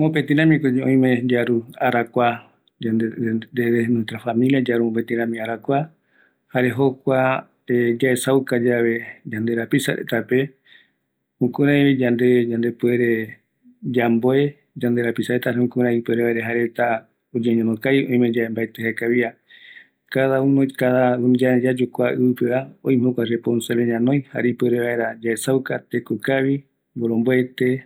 Mopetiñavoko oïme yaru yemambeko, yaesauka vaera mboromboete, mboroaɨu, jare jokoropi yanderapisa reta oesa vaera, jare jukjuraï oïme